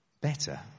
better